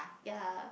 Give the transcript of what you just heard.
yea